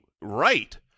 right